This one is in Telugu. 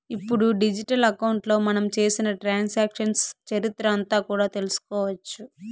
ఇప్పుడు డిజిటల్ అకౌంట్లో మనం చేసిన ట్రాన్సాక్షన్స్ చరిత్ర అంతా కూడా తెలుసుకోవచ్చు